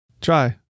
Try